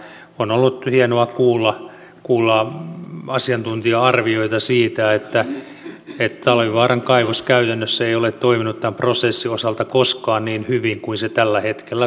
on ollut hienoa kuulla asiantuntija arvioita siitä että talvivaaran kaivos käytännössä ei ole toiminut tämän prosessin osalta koskaan niin hyvin kuin se tällä hetkellä toimii